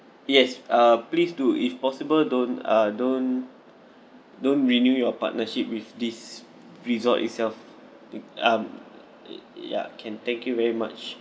yes uh please do if possible don't uh don't don't renew your partnership with this resort itself uh um y~ ya can thank you very much